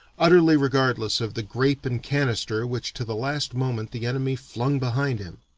utterly regardless of the grape and canister which to the last moment the enemy flung behind him.